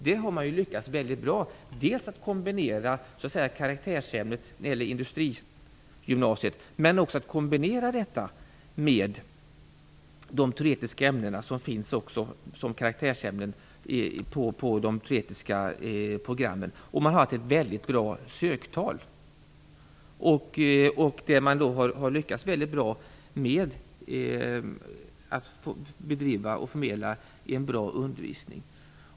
Man har lyckats väldigt bra med karaktärsämnet för industriprogrammen och med att kombinera detta med de teoretiska ämnen som är karaktärsämnen på de teoretiska programmen. Söktalet har varit väldigt bra, och man har lyckats väldigt bra med att bedriva och förmedla en bra undervisning.